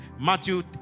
Matthew